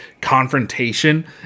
confrontation